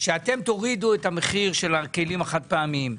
שאתם תורידו את המחיר של הכלים החד-פעמיים,